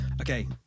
Okay